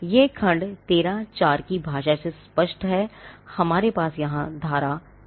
यह खंड 13 की भाषा से स्पष्ट है हमारे पास यहां धारा 13 है